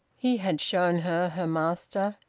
he had shown her her master.